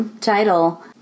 title